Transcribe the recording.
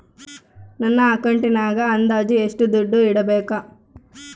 ನನ್ನ ಅಕೌಂಟಿನಾಗ ಅಂದಾಜು ಎಷ್ಟು ದುಡ್ಡು ಇಡಬೇಕಾ?